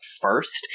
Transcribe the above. first